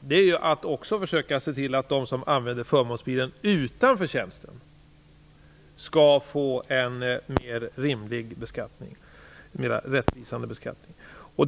det dessutom om att försöka se till att de som använder förmånsbilen utanför tjänsten skall få en rimligare och mer rättvisande beskattning.